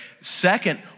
Second